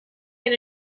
get